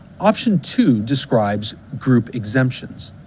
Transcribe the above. option two describes group exemptions.